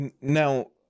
Now